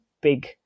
big